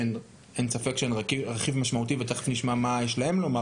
שאין ספק שהן מרכיב משמעותי ותכף נשמע מה יש להן לומר